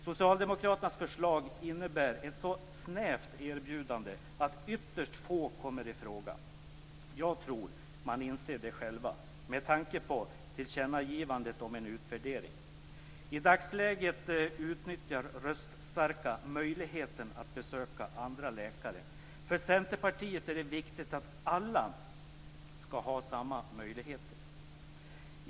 Socialdemokraternas förslag innebär ett så snävt erbjudande att ytterst få kommer i fråga. Jag tror att man själva inser det, med tanke på tillkännagivandet om en utvärdering. I dagsläget utnyttjar röststarka möjligheten att besöka andra läkare. För Centerpartiet är det viktigt att alla skall ha samma möjligheter.